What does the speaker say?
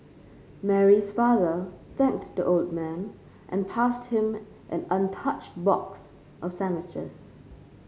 Mary's father thanked the old man and passed him an untouched box of sandwiches